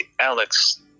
Alex